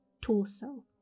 torso